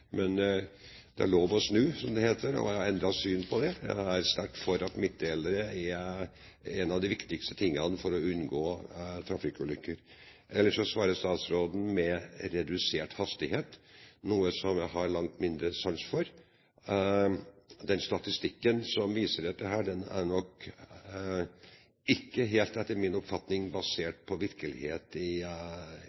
men det er lov til å snu, som det heter. Jeg har endret syn på det; jeg er sterkt for at midtdelere er en av de viktigste tingene for å unngå trafikkulykker. Så svarer statsråden med redusert hastighet, noe jeg har langt mindre sans for. Statistikken som viser dette, er nok – etter min oppfatning